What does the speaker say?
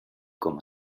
com